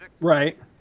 right